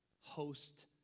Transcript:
host